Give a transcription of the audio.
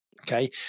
Okay